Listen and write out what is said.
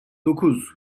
dokuz